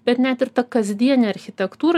bet net ir ta kasdienė architektūra